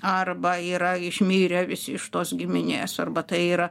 arba yra išmirę visi iš tos giminės arba tai yra